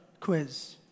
quiz